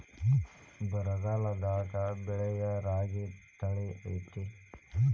ಬರಗಾಲದಾಗೂ ಬೆಳಿಯೋ ರಾಗಿ ತಳಿ ಐತ್ರಿ?